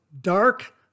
Dark